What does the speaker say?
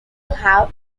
have